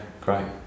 great